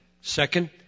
Second